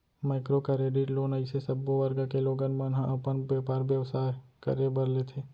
micro credit loan अइसे सब्बो वर्ग के लोगन मन ह अपन बेपार बेवसाय करे बर लेथे